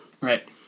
Right